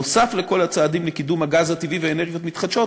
נוסף על כל הצעדים לקידום הגז הטבעי ואנרגיות מתחדשות,